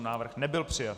Návrh nebyl přijat.